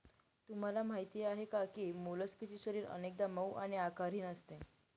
तुम्हाला माहीत आहे का की मोलस्कचे शरीर अनेकदा मऊ आणि आकारहीन असते